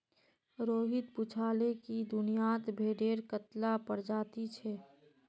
रोहित पूछाले कि दुनियात भेडेर कत्ला प्रजाति छे